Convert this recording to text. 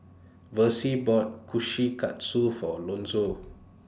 Versie bought Kushikatsu For Lonzo